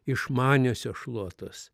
išmaniosios šluotos